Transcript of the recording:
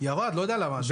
ירד, לא יודע למה.